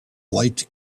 light